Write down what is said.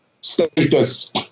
status